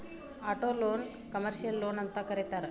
ಆಟೊಲೊನ್ನ ಕಮರ್ಷಿಯಲ್ ಲೊನ್ಅಂತನೂ ಕರೇತಾರ